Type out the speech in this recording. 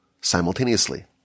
simultaneously